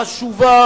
חשובה